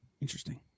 Interesting